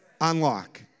unlock